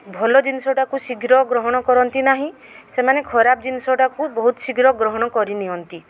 ଭଲ ଜିନିଷଟାକୁ ଶୀଘ୍ର ଗ୍ରହଣ କରନ୍ତି ନାହିଁ ସେମାନେ ଖରାପ ଜିନିଷଟାକୁ ବହୁତ ଶୀଘ୍ର ଗ୍ରହଣ କରିନିଅନ୍ତି